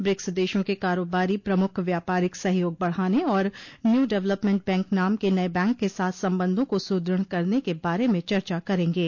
BRICS देशों के कारोबारी प्रमुख व्यापारिक सहयोग बढ़ाने और न्यू डवलपमेंट बैंक नाम के नये बैंक के साथ संबंधों को सुदृढ़ करने के बारे में चर्चा करेंगे